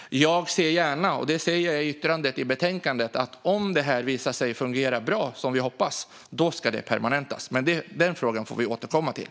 Det framgår i betänkandet att om detta visar sig fungera bra ska det permanentas. Den frågan får vi återkomma till.